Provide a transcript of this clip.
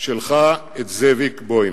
שלך את זאביק בוים,